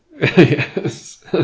Yes